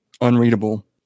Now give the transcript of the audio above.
unreadable